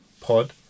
Pod